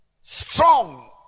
Strong